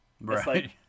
Right